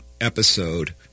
episode